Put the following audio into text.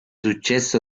successo